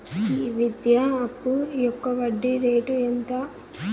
ఈ విద్యా అప్పు యొక్క వడ్డీ రేటు ఎంత?